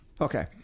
okay